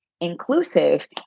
inclusive